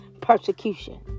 persecution